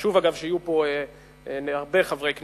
חשוב שיהיו פה הרבה חברי כנסת,